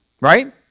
Right